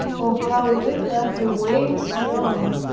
oh, how little are her ways known,